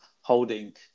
holding